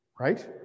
right